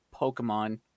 Pokemon